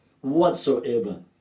whatsoever